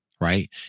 right